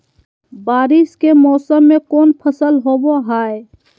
बारिस के मौसम में कौन फसल होबो हाय?